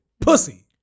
Pussy